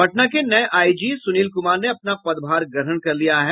पटना के नये आईजी सुनील कुमार ने अपना पद भर ग्रहण कर लिया है